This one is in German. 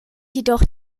jedoch